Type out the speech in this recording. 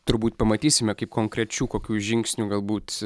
turbūt pamatysime kaip konkrečių kokių žingsnių galbūt